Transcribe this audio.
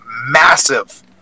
massive